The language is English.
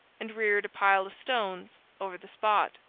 and reared a pile of stones over the spot.